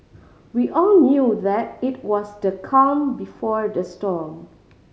we all knew that it was the calm before the storm